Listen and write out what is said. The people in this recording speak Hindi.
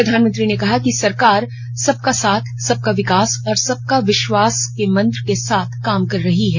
प्रधानमंत्री ने कहा कि सरकार सबका साथ सबका विकास और सबका विश्वास के मंत्र के साथ काम कर रही है